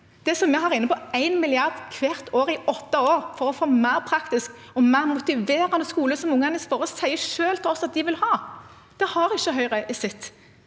Det vi har inne, på én milliard hvert år i åtte år, for å få en mer praktisk og mer motiverende skole, som ungene selv sier til oss at de vil ha, det har ikke Høyre i sitt